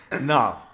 No